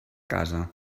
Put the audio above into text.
casa